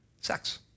Sex